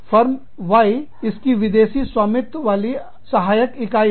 firm Y इसकी विदेशी स्वामित्व वाली अनुषांगिक सहायक इकाई है